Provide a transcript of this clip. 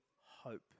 hope